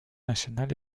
nationales